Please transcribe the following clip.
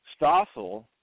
Stossel